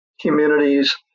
communities